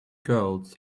girls